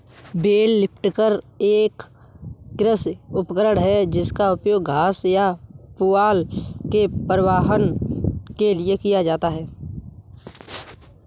bell lifter एक कृषि उपकरण है जिसका उपयोग घास या पुआल के परिवहन के लिए किया जाता है